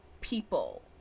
people